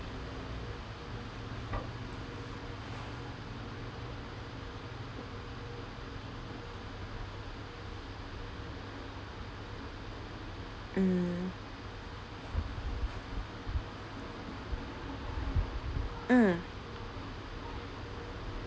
mm mm